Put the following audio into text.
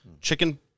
Chicken